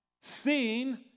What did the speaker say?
seen